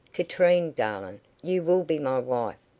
katrine darling you will be my wife.